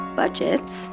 budgets